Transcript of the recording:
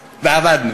ואבדנו.